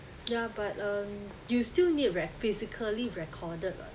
yeah but um you still need like very physically recorded